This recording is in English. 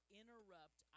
interrupt